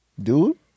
dude